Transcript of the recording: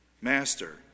Master